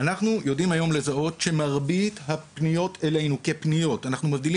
אנחנו מבדילים בין פנייה לתלונה: